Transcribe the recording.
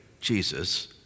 Jesus